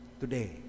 today